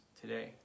today